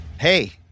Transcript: Hey